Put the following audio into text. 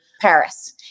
Paris